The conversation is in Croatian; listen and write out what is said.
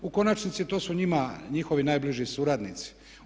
U konačnici to su njima njihovi najbliži suradnici.